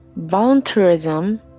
voluntourism